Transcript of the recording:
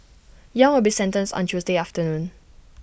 yang will be sentenced on Tuesday afternoon